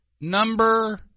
number